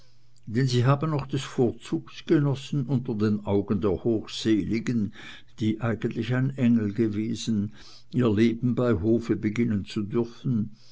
denn sie habe noch des vorzugs genossen unter den augen der hochseligen die eigentlich ein engel gewesen ihr leben bei hofe beginnen zu dürfen